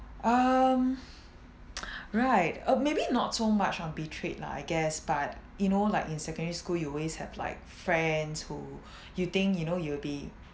um right or maybe not so much on betrayed lah I guess but you know like in secondary school you always have like friends who you think you know you'll be